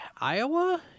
Iowa